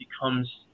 becomes